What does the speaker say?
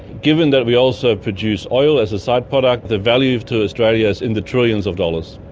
given that we also produce oil as a side product, the value to australia is in the trillions of dollars.